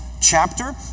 Chapter